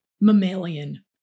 mammalian